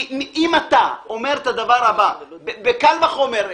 כי אם אתה אומר את הדבר הבא בקל וחומר,